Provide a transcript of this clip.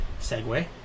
Segway